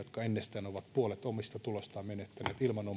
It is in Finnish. ennestään ovat puolet omista tuloistaan menettäneet ilman omaa syytään on oikeus